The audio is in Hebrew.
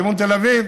לכיוון תל אביב,